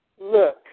look